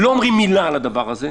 לא אומרים מילה על הדבר הזה,